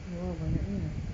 !wah! banyaknya